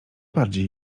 bardziej